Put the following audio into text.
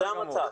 זה המצב.